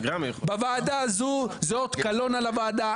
בוועדה הזו זה אות קלון על הוועדה,